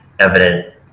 Evident